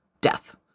death